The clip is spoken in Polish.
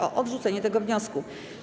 o odrzucenie tego wniosku.